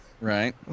right